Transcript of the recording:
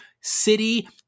city